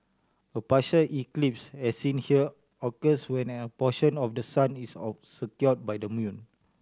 a partial eclipse as seen here occurs when a portion of the sun is obscured by the moon